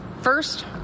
First